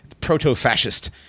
proto-fascist